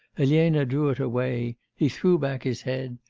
elena drew it away, he threw back his head,